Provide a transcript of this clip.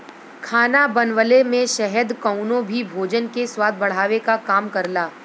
खाना बनवले में शहद कउनो भी भोजन के स्वाद बढ़ावे क काम करला